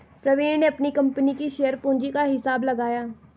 प्रवीण ने अपनी कंपनी की शेयर पूंजी का हिसाब लगाया